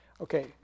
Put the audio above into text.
Okay